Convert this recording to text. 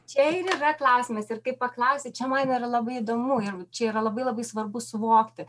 čia ir yra klausimas ir kai paklausi čia man yra labai įdomu ir čia yra labai labai svarbu suvokti